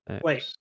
Wait